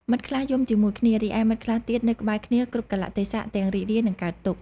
មិត្តខ្លះយំជាមួយគ្នា រីឯមិត្តខ្លះទៀតនៅក្បែរគ្នា គ្រប់កាលៈទេសៈទាំងរីករាយ និងកើតទុក្ខ។